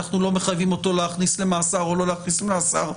אנחנו לא מחייבים אותו להכניס למאסר או לא להכניס למאסר,